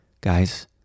Guys